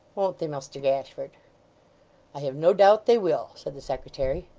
won't they, muster gashford i have no doubt they will said the secretary.